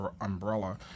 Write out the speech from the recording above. umbrella